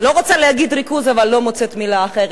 לא רוצה להגיד "ריכוז", אבל לא מוצאת מלה אחרת.